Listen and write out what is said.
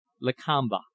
Lakamba